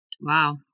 Wow